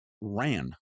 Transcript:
ran